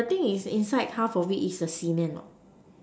but the thing is inside half of it is a cement what